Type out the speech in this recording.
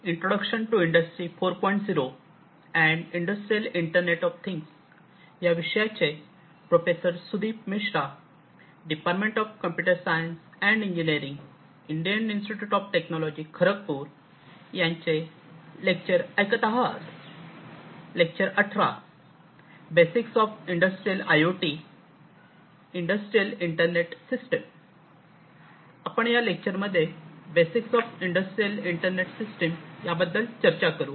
आपण या लेक्चरमध्ये आपण basics of industrial internet system याबद्दल चर्चा करू